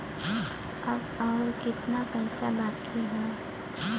अब अउर कितना पईसा बाकी हव?